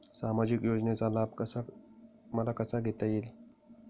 सामाजिक योजनेचा लाभ मला कसा घेता येईल?